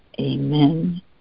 amen